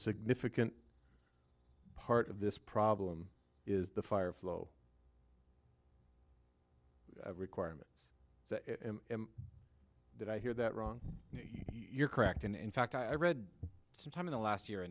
significant part of this problem is the fire flow requirements that i hear that wrong you're correct and in fact i read some time in the last year a